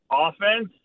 offense